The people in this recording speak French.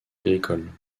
agricole